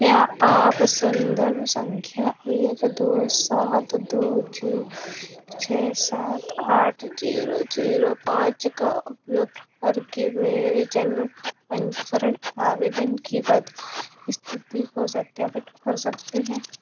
क्या आप संदर्भ संख्या एक दो सात दो जीरो एक छः सात आठ जीरो जीरो पाँच का उपयोग करके मेरे जन्म पंजीकरण आवेदन की वर्तमान स्थिति को सत्यापित कर सकते हैं